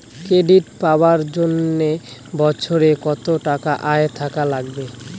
Credit পাবার জন্যে বছরে কত টাকা আয় থাকা লাগবে?